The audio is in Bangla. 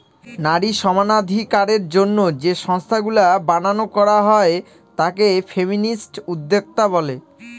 নারী সমানাধিকারের জন্য যে সংস্থাগুলা বানানো করা হয় তাকে ফেমিনিস্ট উদ্যোক্তা বলে